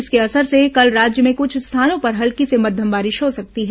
इसके असर से कल राज्य में कुछ स्थानों पर हल्की से मध्यम बारिश हो सकती है